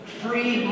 free